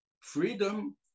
freedom